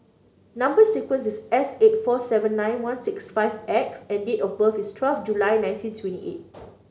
number sequence is S eight four seven nine one six five X and date of birth is twelve July nineteen twenty eight